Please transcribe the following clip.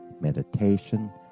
meditation